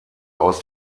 aus